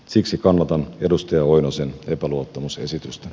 siksi kannatan edustaja oinosen epäluottamusesitystä